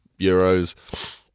euros